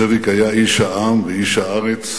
זאביק היה איש העם ואיש הארץ,